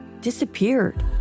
disappeared